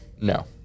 No